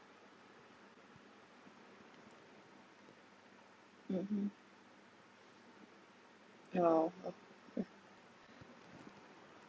mmhmm oh o~